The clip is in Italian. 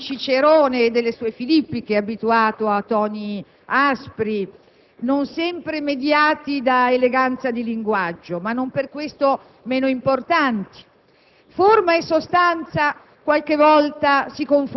che, dai tempi di Cicerone e delle sue «Filippiche», è abituato a toni aspri, non sempre mediati da eleganza di linguaggio, ma non per questo meno importanti.